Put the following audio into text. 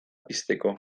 pizteko